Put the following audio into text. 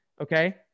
okay